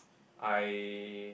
I